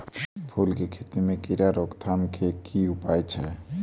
फूल केँ खेती मे कीड़ा रोकथाम केँ की उपाय छै?